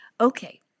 Okay